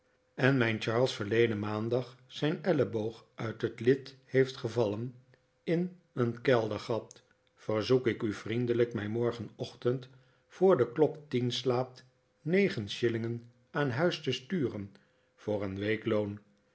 en mijn charles verleden maandag zijn elleboog uit net lid heeft gevallen in een keldergat verzoek ik u vriendelijk mij morgenochtend voor de klok tien slaat negen shillingen aan huis te sturen voor een week